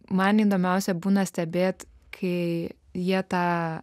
man įdomiausia būna stebėti kai jie tą